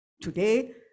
today